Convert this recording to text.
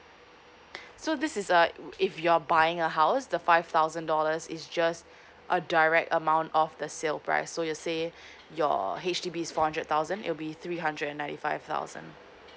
so this is a if you're buying a house the five thousand dollars is just a direct amount of the sale price so you saying you're H_D_B is four hundred thousand it will be three hundred and ninety five thousand